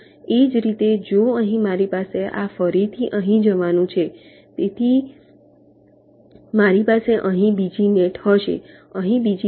એ જ રીતે જો અહીં મારી પાસે આ ફરીથી અહીં જવાનું છે તેથી મારી પાસે અહીં બીજી નેટ હશે અહીં બીજી નેટ હશે